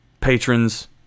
patrons